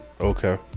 Okay